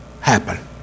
happen